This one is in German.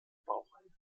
baureihe